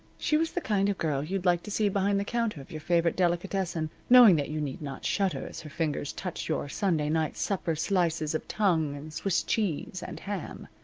she was the kind of girl you'd like to see behind the counter of your favorite delicatessen, knowing that you need not shudder as her fingers touch your sunday night supper slices of tongue, and swiss cheese, and ham.